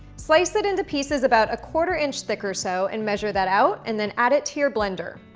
slice it into pieces about a quarter inch thick or so and measure that out and then add it to your blender.